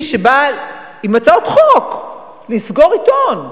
מי שבא עם הצעות חוק לסגור עיתון,